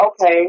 okay